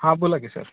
हां बोला की सर